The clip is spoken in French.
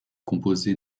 composée